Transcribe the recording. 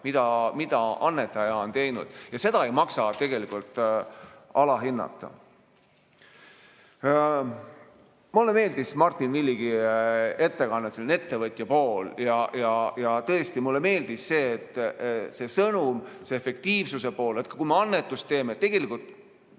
mida annetaja on teinud, siis seda ei maksa tegelikult alahinnata. Mulle meeldis Martin Villigi ettekanne, see ettevõtja pool, ja tõesti mulle meeldis selle sõnum, see efektiivsuse pool. Kui me annetust teeme, siis tegelikult